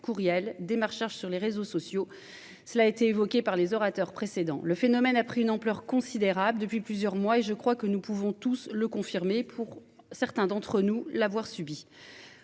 courriels démarchage sur les réseaux sociaux. Cela a été évoqué par les orateurs précédents, le phénomène a pris une ampleur considérable depuis plusieurs mois et je crois que nous pouvons tous le confirmer pour certains d'entre nous l'avoir subi